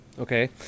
okay